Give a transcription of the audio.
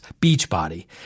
Beachbody